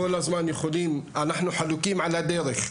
אנחנו חלוקים על הדרך,